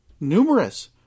numerous